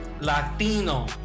Latino